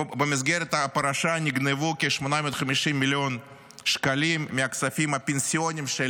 במסגרת הפרשה נגנבו כ-850 מיליון שקלים מהכספים הפנסיוניים של